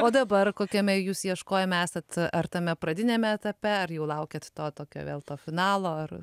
o dabar kokiame jūs ieškojome esat ar tame pradiniame etape ar jau laukiat to tokio vėl to finalo ar